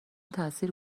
تأثیر